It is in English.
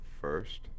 first